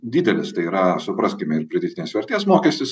didelis tai yra supraskim ir pridėtinės vertės mokestis